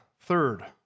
third